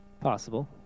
Possible